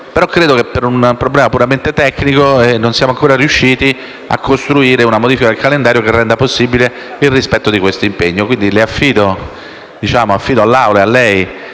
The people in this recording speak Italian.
erano presenti. Per un problema puramente tecnico non siamo ancora riusciti a definire una modifica del calendario che renda possibile il rispetto di questo impegno. Quindi affido a lei e all'Assemblea